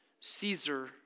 Caesar